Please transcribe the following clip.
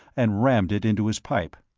and rammed it into his pipe.